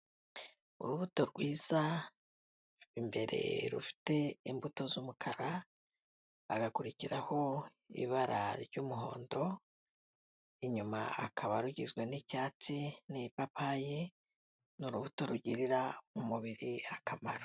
Urubuto rwiza imbere rufite imbuto z'umukara, hagakurikiraho ibara ry'umuhondo, inyuma akaba rugizwe n'icyatsi n'ipapaye n'urubuto rugirira umubiri akamaro.